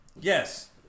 Yes